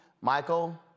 Michael